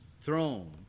throne